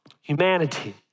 humanity